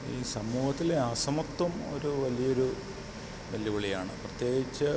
ഈ സമൂഹത്തിൽ അസമത്വം ഒരു വലിയ ഒരു വെല്ലുവിളിയാണ് പ്രത്യേകിച്ചു